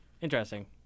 Interesting